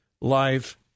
Life